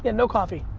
and no coffee.